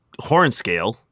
Hornscale